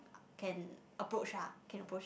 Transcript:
can approach ah can approach